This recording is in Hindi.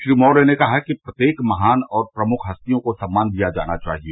श्री मौर्य ने कहा कि प्रत्येक महान और प्रमुख हस्तियों को सम्मान दिया जाना चाहिए